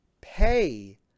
pay